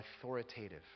authoritative